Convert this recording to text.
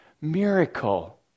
miracle